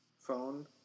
Phone